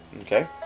Okay